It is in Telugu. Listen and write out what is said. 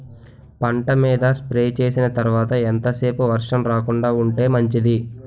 పంట మీద స్ప్రే చేసిన తర్వాత ఎంత సేపు వర్షం రాకుండ ఉంటే మంచిది?